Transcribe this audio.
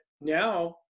now